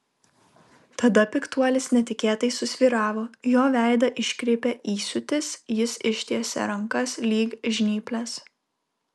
tada piktuolis netikėtai susvyravo jo veidą iškreipė įsiūtis jis ištiesė rankas lyg žnyples